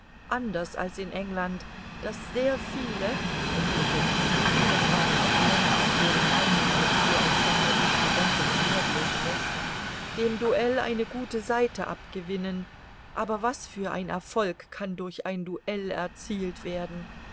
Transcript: anders als in england daß sehr viele und unter diesen vielen waren auch männer auf deren meinung alexei alexandrowitsch besonderen wert legte dem duell eine gute seite abgewinnen aber was für ein erfolg kann durch ein duell erzielt werden